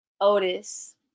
Otis